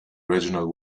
regional